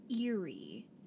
eerie